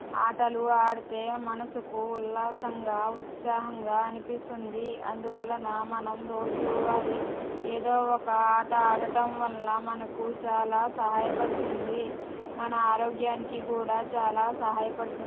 ఆటలు ఆడితే మనసుకు ఉల్లాసంగా ఉత్సాహంగా అనిపిస్తుంది అందువలన మనం రోజువారి ఏదో ఒక ఆట ఆడటం వల్ల మనకు చాలా సహాయపడుతుంది మన ఆరోగ్యానికి కూడా చాలా సహాయపడుతుంది